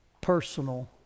personal